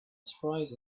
surprise